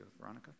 veronica